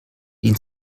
den